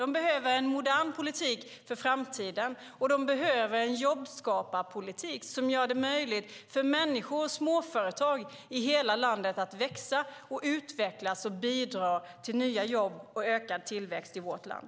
Den behöver en modern politik för framtiden och en jobbskaparpolitik som gör det möjligt för människor och småföretag i hela landet att växa, utvecklas och bidra till nya jobb och ökad tillväxt i vårt land.